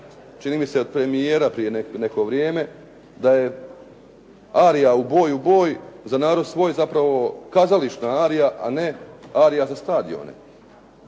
čini mi se od premijera prije neko vrijeme da je arija "U boj, u boj za narod svoj" zapravo kazališna arija, a ne arija za stadione,